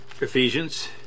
Ephesians